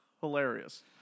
Hilarious